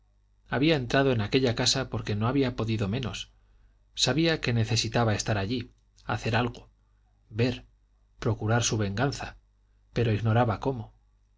había entrado en aquella casa porque no había podido menos sabía que necesitaba estar allí hacer algo ver procurar su venganza pero ignoraba cómo